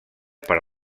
per